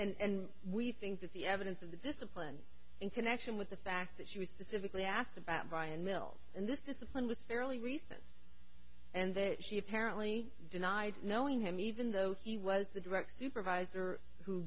us and we think that the evidence of the discipline in connection with the fact that she was specifically asked about buying milk and this is a plan with fairly recent and that she apparently denied knowing him even though he was the direct supervisor who